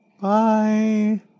Bye